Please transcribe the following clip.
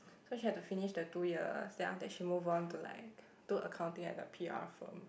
so she had to finish the two years then after that she move on to like do accounting at the p_r firm